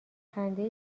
خنده